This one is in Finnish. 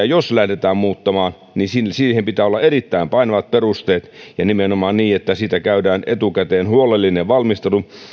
jos perustuslakia lähdetään muuttamaan niin siihen pitää olla erittäin painavat perusteet ja nimenomaan niin että siitä käydään etukäteen huolellinen valmistelu